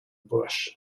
bush